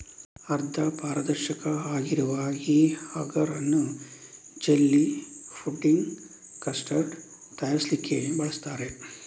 ಅರ್ಧ ಪಾರದರ್ಶಕ ಆಗಿರುವ ಈ ಅಗರ್ ಅನ್ನು ಜೆಲ್ಲಿ, ಫುಡ್ಡಿಂಗ್, ಕಸ್ಟರ್ಡ್ ತಯಾರಿಸ್ಲಿಕ್ಕೆ ಬಳಸ್ತಾರೆ